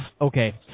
okay